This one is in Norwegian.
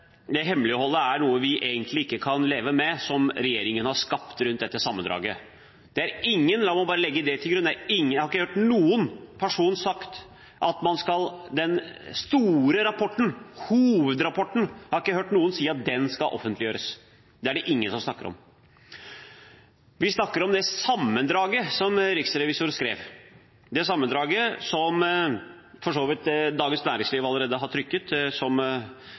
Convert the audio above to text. til hemmeligholdet, for hemmeligholdet er noe vi egentlig ikke kan leve med, og som regjeringen har skapt rundt dette sammendraget. La meg bare legge til grunn at jeg ikke har hørt noen person si at den store rapporten, hovedrapporten, skal offentliggjøres. Det er det ingen som snakker om. Vi snakker om det sammendraget som riksrevisor skrev, det sammendraget som Dagens Næringsliv for så vidt allerede har trykket – som